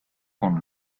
con